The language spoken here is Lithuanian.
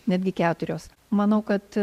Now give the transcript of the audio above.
netgi keturios manau kad